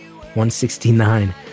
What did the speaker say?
169